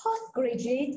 Postgraduate